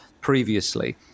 previously